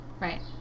right